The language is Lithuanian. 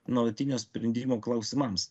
nuolatinio sprendimo klausimams